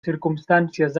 circumstàncies